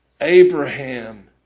Abraham